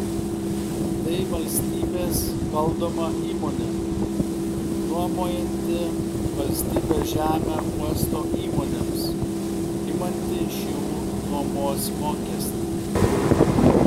tai valstybės valdoma įmonė nuomojanti valstybės žemę uosto įmonėms imanti iš jų nuomos mokestį